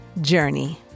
journey